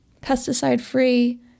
pesticide-free